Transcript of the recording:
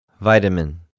Vitamin